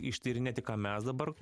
ištyrinėti ką mes dabar